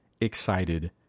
excited